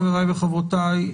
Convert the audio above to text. חבריי וחברותיי,